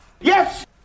Yes